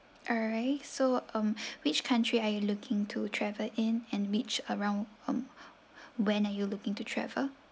alright so um which country are you looking to travel in and which around um when are you looking to travel